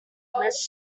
must